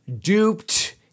duped